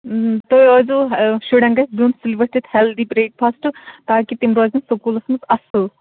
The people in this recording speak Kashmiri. تُہۍ ٲسۍزیو ہہ شُرٮ۪ن گژھِ دیُن سُلہِ ؤتھِتھ ہٮ۪لدی برٛیک فاسٹ تاکہِ تِم روزٮ۪ن سُکوٗلَس منٛز اَصٕل